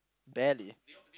barely